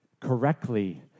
correctly